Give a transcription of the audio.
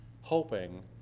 hoping